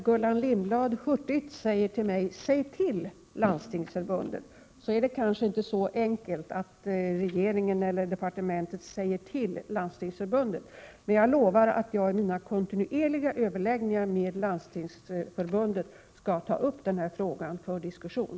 Gullan Lindblad säger hurtigt till mig: ”Säg till Landstingsförbundet!” Men det är kanske inte så enkelt att regeringen eller departementet ”säger till” Landstingsförbundet. Jag lovar emellertid att jag i mina kontinuerliga överläggningar med Landstingsförbundet skall ta upp den här frågan för diskussion.